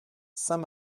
saint